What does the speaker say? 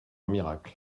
miracle